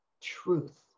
Truth